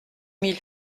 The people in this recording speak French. mille